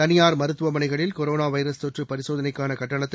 தனியார் மருத்துவமனைகளில் corona virus தொற்று பரிசோதனைக்கான கட்டணத்தை